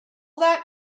that